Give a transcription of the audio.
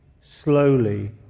slowly